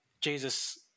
jesus